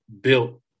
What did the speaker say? built